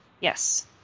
Yes